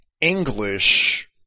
English